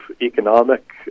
economic